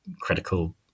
critical